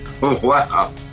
Wow